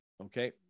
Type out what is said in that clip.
Okay